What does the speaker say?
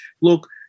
look